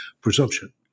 presumption